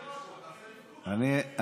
אדוני.